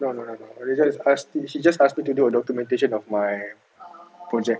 no no no they just ask me she just asked me to do a documentation of my project